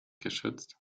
geschützt